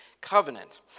covenant